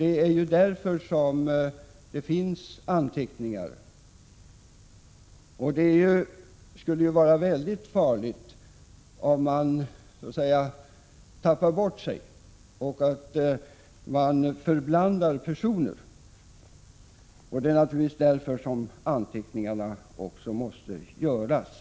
Det är därför man måste föra vissa anteckningar. Det skulle vara väldigt farligt om man förväxlade personer, och det är naturligtvis därför som anteckningarna måste göras.